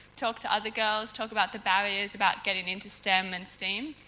talk to other girls, talk about the barriers about getting into stem and steam,